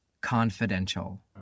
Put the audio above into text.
CONFIDENTIAL